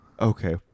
Okay